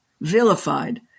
vilified